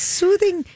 soothing